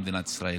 במדינת ישראל.